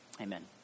Amen